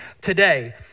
today